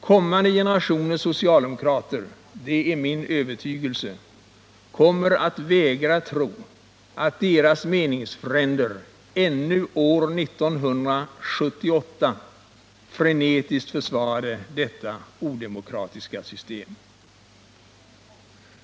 Kommande generationer socialdemokrater kommer — det är Nr 43 min övertygelse — att vägra tro att deras meningsfränder ännu år 1978 frenetiskt försvarade detta odemokratiska system.